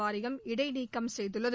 வாரியம் இடைநீக்கம் செய்துள்ளது